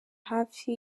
hafi